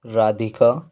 Radhika